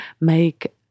make